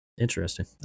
Interesting